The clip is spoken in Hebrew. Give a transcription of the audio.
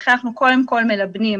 לכן, אנחנו קודם כול מלבנים